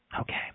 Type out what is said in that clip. Okay